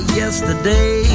yesterday